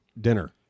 Dinner